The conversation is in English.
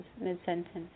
mid-sentence